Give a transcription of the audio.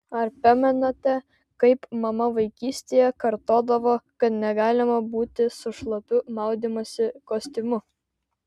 ar pamenate kaip mama vaikystėje kartodavo kad negalima būti su šlapiu maudymosi kostiumu